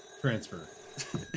transfer